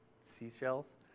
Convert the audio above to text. seashells